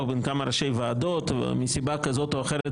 בין כמה ראשי ועדות ומסיבה קואליציונית כזאת או אחרת